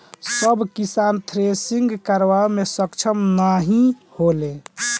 सब किसान थ्रेसिंग करावे मे सक्ष्म नाही होले